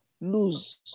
lose